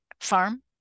farm